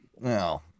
No